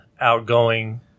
outgoing